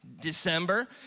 December